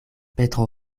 petro